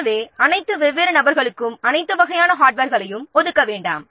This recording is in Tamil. எனவே வெவ்வேறு நபர்களுக்கு அனைத்து வகையான ஹார்ட்வேர்களையும் ஒதுக்க வேண்டாம்